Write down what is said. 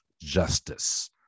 justice